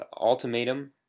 Ultimatum